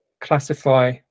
classify